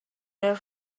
their